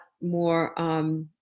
more